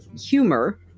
humor